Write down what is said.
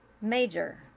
Major